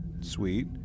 Sweet